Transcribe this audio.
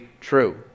true